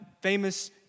famous